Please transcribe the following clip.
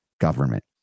government